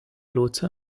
lotse